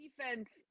Defense –